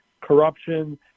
corruption